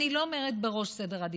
אני לא אומרת בראש סדר העדיפות,